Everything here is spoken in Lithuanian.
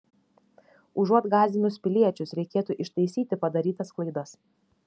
užuot gąsdinus piliečius reikėtų ištaisyti padarytas klaidas